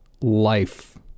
life